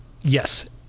Yes